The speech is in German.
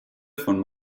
von